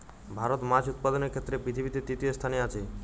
ভারত মাছ উৎপাদনের ক্ষেত্রে পৃথিবীতে তৃতীয় স্থানে আছে